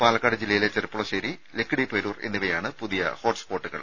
പാലക്കാട് ജില്ലയിലെ ചെർപ്പുളശ്ശേരി ലക്കിടി പേരൂർ എന്നിവയാണ് പുതിയ ഹോട്ട്സ്പോട്ടുകൾ